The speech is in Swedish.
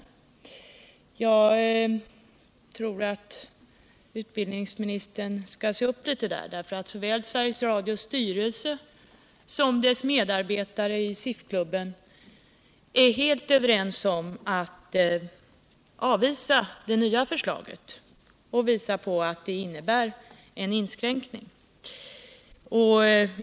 Där tror jag dock att utbildningsministern skall se upp litet, för såväl Sveriges Radios styrelse som dess medarbetare i SIF-klubben är helt överens om att avvisa det nya förslaget och visar på att det innebär en inskränkning.